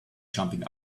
jumping